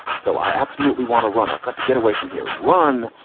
so i absolutely want to run. i've got to get away from here. run.